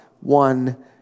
one